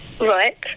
Right